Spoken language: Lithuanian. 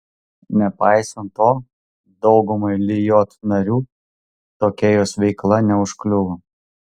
nepaisant to daugumai lijot narių tokia jos veikla neužkliuvo